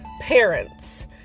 parents